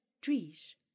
trees